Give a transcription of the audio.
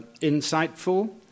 insightful